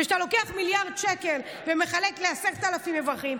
כשאתה לוקח מיליארד שקל ומחלק ל-10,000 אברכים,